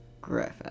Griffin